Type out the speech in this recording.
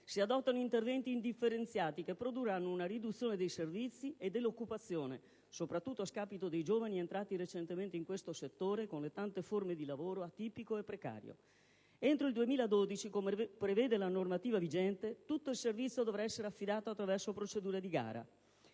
si adottano interventi indifferenziati che produrranno una riduzione dei servizi e dell'occupazione soprattutto a scapito dei giovani entrati recentemente in questo settore con le tante forme di lavoro atipico e precario. Entro il 2012, come prevede la normativa vigente, tutto il servizio dovrà essere affidato attraverso procedure di gara.